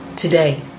Today